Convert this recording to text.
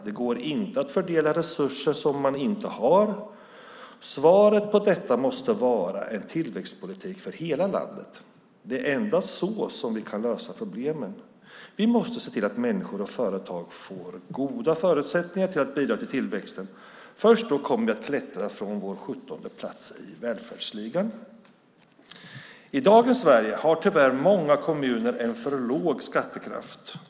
Det går inte att fördela resurser som inte finns. Svaret på detta måste vara en tillväxtpolitik för hela landet. Det är endast så som vi kan lösa problemen. Vi måste se till att människor och företag får goda förutsättningar för att bidra till tillväxten. Först då kommer vi att klättra från vår 17:e plats i välfärdsligan. I dagens Sverige har tyvärr många kommuner en för låg skattekraft.